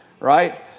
right